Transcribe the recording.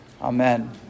Amen